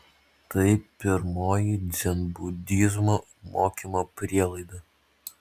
tai pirmoji dzenbudizmo mokymo prielaida